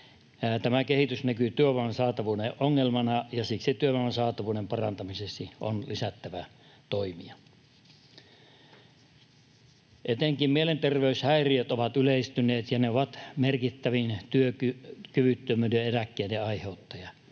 Tämä kehitys näkyy työvoiman saatavuuden ongelmana, ja siksi työvoiman saatavuuden parantamiseksi on lisättävä toimia. Etenkin mielenterveyshäiriöt ovat yleistyneet, ja ne ovat merkittävin työkyvyttömyyseläkkeiden aiheuttaja.